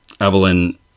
Evelyn